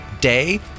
day